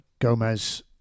Gomez